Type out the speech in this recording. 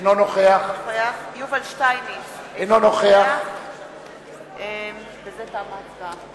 - אינו נוכח יובל שטייניץ - אינו נוכח בזה תמה ההצבעה.